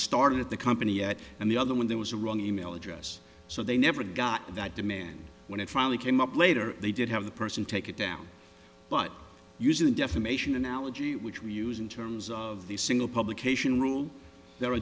started the company yet and the other one there was a wrong email address so they never got that demand when it finally came up later they did have the person take it down but using defamation analogy which we use in terms of the single publication rule there